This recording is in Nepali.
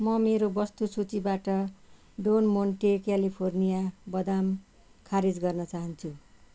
म मेरो वस्तु सूचीबाट डोन मोन्टे क्यालिफोर्निया बदाम खारेज गर्न चाहन्छु